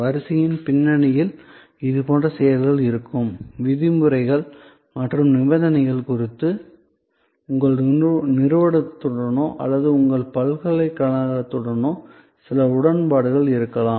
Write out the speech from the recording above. வரிசையின் பின்னணியில் இதுபோன்ற செயல்கள் இருக்கும் விதிமுறைகள் மற்றும் நிபந்தனைகள் குறித்து உங்கள் நிறுவனத்துடனோ அல்லது உங்கள் பல்கலைக்கழகத்துடனோ சில உடன்பாடுகள் இருக்கலாம்